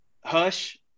hush